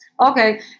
Okay